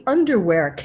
Underwear